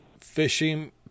fishing